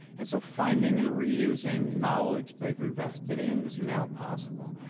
and so finding and reusing knowledge they've invested in is now possible.